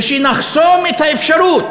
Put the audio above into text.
ושנחסום את האפשרות